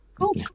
cool